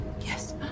Yes